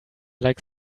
like